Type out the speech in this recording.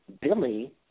Billy